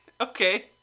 Okay